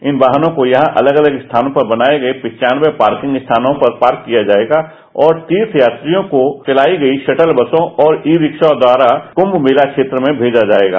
इन वाहनों को यहां अलग अलग स्थानों पर बनाए गये पन्वानबे पार्किंग स्थानों पर पार्क किया जायेगा और फिर तीर्थयात्रियों को चलाई गयी शटल बसो और ई रिक्शा द्वारा कुम्म मेला क्षेत्र में भेजा जायेगा